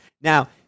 Now